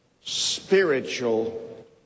spiritual